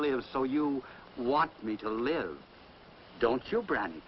live so you want me to live don't your brand